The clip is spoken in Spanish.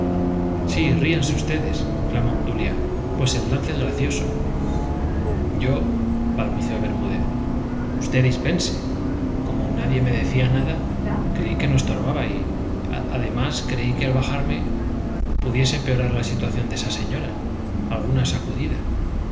sí ríanse ustedes clamó obdulia pues el lance es gracioso yo balbuceó bermúdez usted dispense como nadie me decía nada creí que no estorbaba y además creía que al bajarme pudiese empeorar la situación de esa señora alguna sacudida